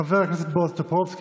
חבר הכנסת בועז טופורובסקי,